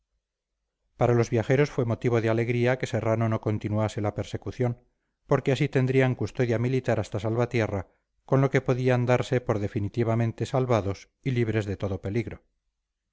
para los viajeros fue motivo de alegría que serrano no continuase la persecución porque así tendrían custodia militar hasta salvatierra con lo que podían darse por definitivamente salvados y libres de todo peligro